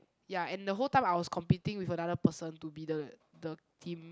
ya and the whole time I was competing with another person to be the the team